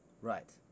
Right